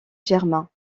germains